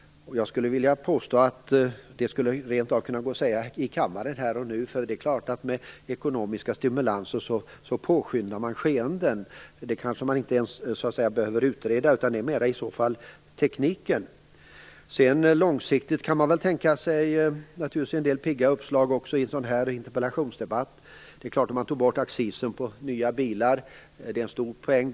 Jag skulle vilja påstå att det rent av skulle gå att säga i kammaren här och nu, eftersom det är klart att man med ekonomiska stimulanser påskyndar skeenden. Det kanske man inte ens behöver utreda. Det handlar mer om tekniken. Långsiktigt kan man naturligtvis tänka sig en del pigga uppslag i en sådan här interpellationsdebatt. Det är klart att om man tog bort accisen på nya bilar är det en stor poäng.